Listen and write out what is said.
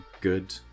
good